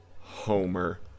Homer